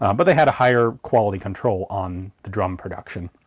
but they had a higher quality control on the drum production.